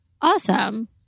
Awesome